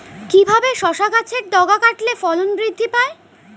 কিভাবে শসা গাছের ডগা কাটলে ফলন বৃদ্ধি পায়?